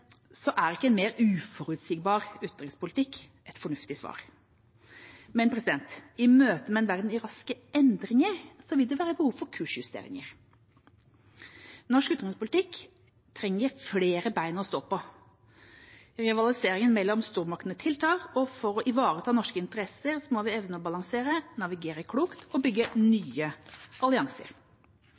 er ikke en mer uforutsigbar utenrikspolitikk et fornuftig svar. Men i møte med en verden i raske endringer vil det være behov for kursjusteringer. Norsk utenrikspolitikk trenger flere bein å stå på. Rivaliseringen mellom stormaktene tiltar, og for å ivareta norske interesser må vi evne å balansere, navigere klokt og bygge nye allianser.